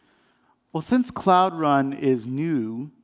well, since cloud run is new,